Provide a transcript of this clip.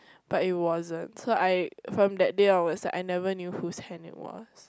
but it wasn't so I from that day onwards I never knew who's hand it was